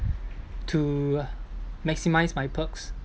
to maximise my perks